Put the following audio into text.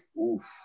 Oof